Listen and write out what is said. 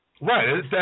Right